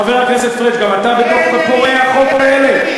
חבר הכנסת פריג', גם אתה בתוך פורעי החוק האלה?